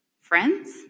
friends